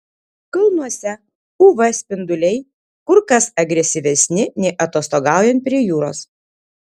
kalnuose uv spinduliai kur kas agresyvesni nei atostogaujant prie jūros